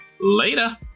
Later